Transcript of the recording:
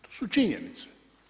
To su činjenice.